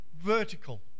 vertical